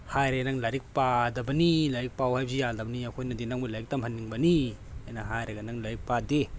ꯍꯥꯏꯔꯦ ꯅꯪ ꯂꯥꯏꯔꯤꯛ ꯄꯥꯗꯕꯅꯤ ꯂꯥꯏꯔꯤꯛ ꯄꯥꯎ ꯍꯥꯏꯕꯁꯦ ꯌꯥꯗꯕꯅꯤ ꯑꯩꯈꯣꯏꯅꯗꯤ ꯅꯪꯕꯨ ꯂꯥꯏꯔꯤꯛ ꯇꯝꯍꯟꯅꯤꯡꯕꯅꯤ ꯍꯥꯏꯅ ꯍꯥꯏꯔꯒ ꯅꯪ ꯂꯥꯏꯔꯤꯛ ꯄꯥꯗꯦ